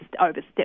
overstepped